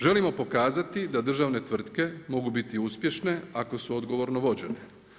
Želimo pokazati da države tvrtke mogu biti uspješne ako su odgovorno vođenje.